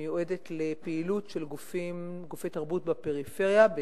שמיועדת לפעילות של גופי תרבות בפריפריה,